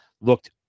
looked